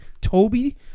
Toby